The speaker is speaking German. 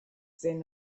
sein